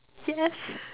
yes